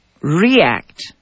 react